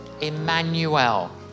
Emmanuel